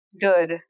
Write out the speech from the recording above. good